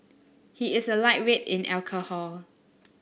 he is a lightweight in alcohol